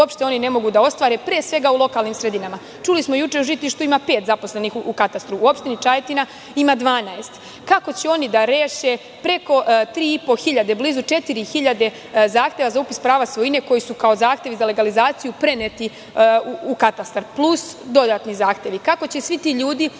uopšte oni ne mogu da ostvare, pre svega u lokalnim sredinama. Čuli smo juče u Žitištu, ima pet zaposlenih u katastru. U opštini Čajetina ima 12. Kako će oni da reše preko 3.500, blizu 4.000 zahteva za upis prava svojine koji su kao zahtevi za legalizaciju preneti u katastar, plus dodatni zahtevi? Kako će svi ti ljudi